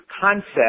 concept